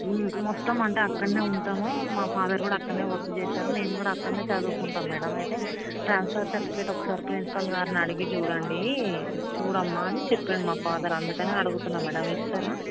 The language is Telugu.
మొత్తం అంటే అక్కడనే ఉంటాము మా ఫాదర్ కూడా అక్కడనే వర్క్ చేస్తారు మేము కూడా అక్కడనే చదువుకుంటాం మేడం అయితే ట్రాన్స్ఫర్ సర్టిఫికేట్ ఒకసారి ప్రిన్సిపల్ గారిని అడిగి చూడండి చూడమ్మా అని చెప్పిండు మా ఫాదర్ అందుకనే అడుగుతున్నా మ్యాడమ్ ఇస్తారా